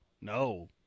no